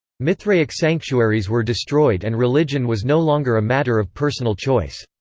mithraic sanctuaries were destroyed and religion was no longer a matter of personal choice.